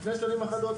לפני שנים אחרות,